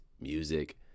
music